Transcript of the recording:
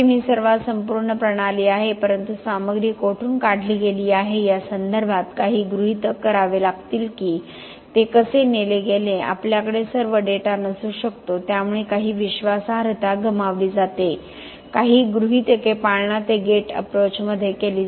system ही सर्वात संपूर्ण प्रणाली आहे परंतु सामग्री कोठून काढली गेली आहे या संदर्भात काही गृहितक करावे लागतील की ते कसे नेले गेले आपल्याकडे सर्व डेटा नसू शकतो त्यामुळे काही विश्वासार्हता गमावली जाते काही गृहितके पाळणा ते गेट अप्रोचमध्ये approach